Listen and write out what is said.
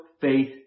faith